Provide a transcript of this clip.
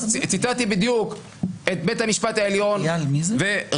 אז ציטטתי בדיוק את בית המשפט העליון וראוי